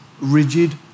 rigid